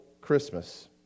Christmas